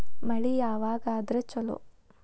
ಮಳಿ ಯಾವಾಗ ಆದರೆ ಛಲೋ?